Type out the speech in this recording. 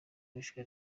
bishwe